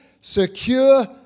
secure